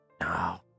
No